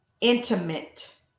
Intimate